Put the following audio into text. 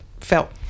felt